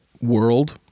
world